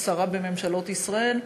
שרה בממשלות ישראל,